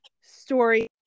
story